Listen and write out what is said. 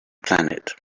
planet